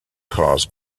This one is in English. cars